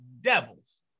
devils